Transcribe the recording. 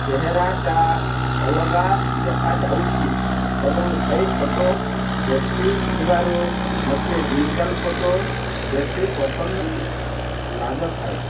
ଚେହେରାଟା ଅଲଗା ଦେଖାଯାଉଛି ଏବଂ ସେଇ ଫଟୋ ଦେଖିଥିବାରୁ ମୋତେ ଡିଜିଟାଲ୍ ଫଟୋ ବେଶୀ ପସନ୍ଦ ଲାଗିଥାଏ